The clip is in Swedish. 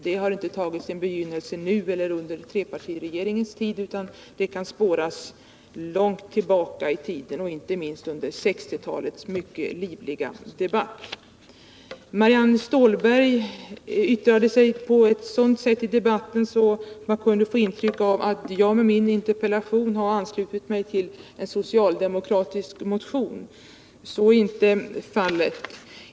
Detta har inte tagit sin begynnelse nu eller under trepartiregeringens tid, utan det kan spåras långt tillbaka i tiden, inte minst till 1960-talets mycket livliga debatt. Marianne Stålberg yttrade sig på ett sådant sätt i debatten att man kunde få ett intryck av att jag med min interpellation skulle ha anslutit mig till en socialdemokratisk motion. Så är inte fallet.